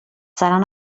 seran